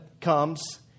comes